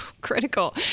critical